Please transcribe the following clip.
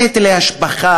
זה היטלי השבחה,